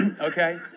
okay